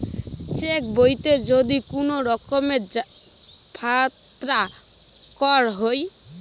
check বইতে যদি কুনো রকমের ফাত্রা কর হই